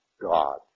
God